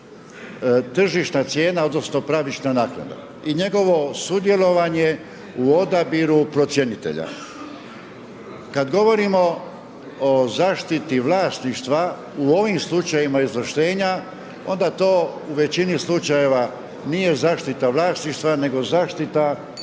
tržišna cijena odnosno pravična naknada i njegovo sudjelovanje u odabiru procjenitelja. Kada govorimo o zaštiti vlasništva u ovim slučajevima izvlaštenja onda to u većini slučajeva nije zaštita vlasništva, nego zaštita naknade